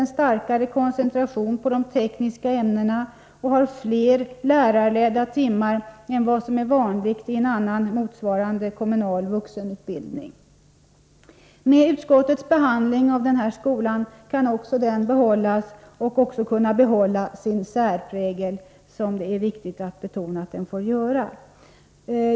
en starkare koncentration på de tekniska ämnena och har fler lärarledda timmar än vad som är vanligt i annan motsvarande kommunal vuxenutbildning. Med utskottets behandling av denna skola kan också denna behållas och även behålla sin särprägel, vilket det är viktigt att betona att den får göra.